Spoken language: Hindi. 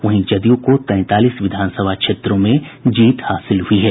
वहीं जदयू को तैंतालीस विधानसभा क्षेत्रों में जीत हासिल हुई है